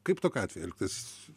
kaip tokiu atveju elgtis